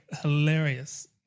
hilarious